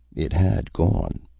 it had gone.